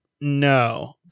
No